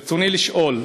ברצוני לשאול: